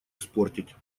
испортить